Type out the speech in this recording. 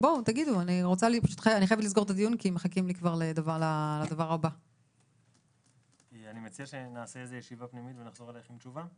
אני מציע שנעשה איזו ישיבה פנימית ונחזור אלייך עם תשובה.